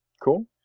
Cool